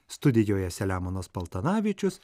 studijoje selemonas paltanavičius